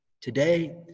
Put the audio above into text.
Today